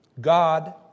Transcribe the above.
God